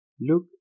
look